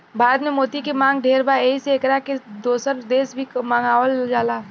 भारत में मोती के मांग ढेर बा एही से एकरा के दोसर देश से भी मंगावल जाला